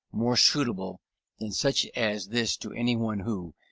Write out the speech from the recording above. more suitable than such as this to anyone who,